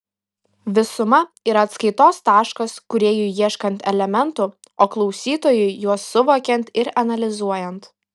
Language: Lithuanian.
visuma yra atskaitos taškas kūrėjui ieškant elementų o klausytojui juos suvokiant ir analizuojant